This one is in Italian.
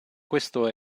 questo